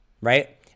Right